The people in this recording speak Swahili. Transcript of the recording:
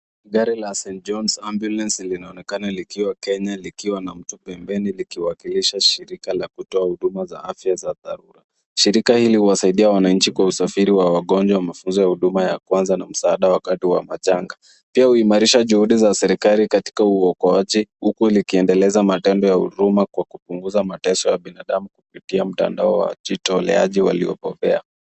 Gari la ST.John's Ambulance linaonekana likiwa Kenya likiwa lina mtu pembeni likiwakilisha shirika la kutoa huduma za dharura. Shirika hili husaidia wananchi kwa usafiri wa wagonjwa, mafunzo ya huduma ya kwanza na msaada wakati wa majanga. Pia huimarisha juhudi za serekali katika uokoaji huku likiendeleza matendo ya huruma kwa kupunguza mateso ya binadamu kupitia mtandao wa jitoleaji waliobobea.